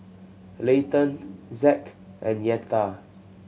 Leighton Zack and Yetta